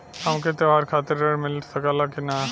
हमके त्योहार खातिर त्रण मिल सकला कि ना?